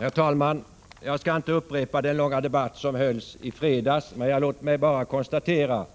Herr talman! Jag skall inte upprepa den långa debatt som hölls i fredags. Låt mig bara konstatera